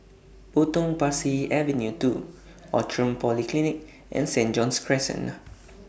Potong Pasir Avenue two Outram Polyclinic and Saint John's Crescent